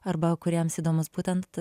arba kuriems įdomus būtent